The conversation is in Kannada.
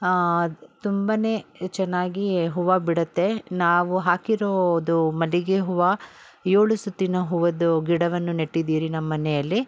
ತುಂಬನೇ ಚೆನ್ನಾಗಿ ಹೂವು ಬಿಡುತ್ತೆ ನಾವು ಹಾಕಿರೋದು ಮಲ್ಲಿಗೆ ಹೂವು ಏಳು ಸುತ್ತಿನ ಹೂವಿಂದು ಗಿಡವನ್ನು ನೆಟ್ಟಿದ್ದೀರಿ ನಮ್ಮನೆಯಲ್ಲಿ